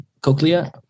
cochlea